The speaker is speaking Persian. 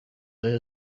های